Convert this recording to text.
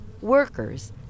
workers